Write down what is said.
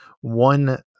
one